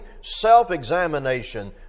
self-examination